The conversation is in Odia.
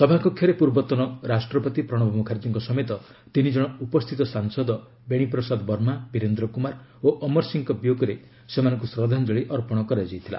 ସଭା କକ୍ଷରେ ପୂର୍ବତନ ରାଷ୍ଟ୍ରପତି ପ୍ରଣବ ମୁଖାର୍ଜୀଙ୍କ ସମେତ ତିନି ଜଣ ଉପସ୍ଥିତ ସାଂସଦ ବେଣୀପ୍ରସାଦ ବର୍ମା ବୀରେନ୍ଦ୍ର କୁମାର ଓ ଅମର ସିଂହଙ୍କ ବିୟୋଗରେ ସେମାନଙ୍କୁ ଶ୍ରଦ୍ଧାଞ୍ଜଳୀ ଅର୍ପଣ କରାଯାଇଥିଲା